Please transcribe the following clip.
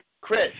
Chris